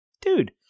dude